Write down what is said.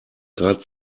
grad